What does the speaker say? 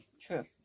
True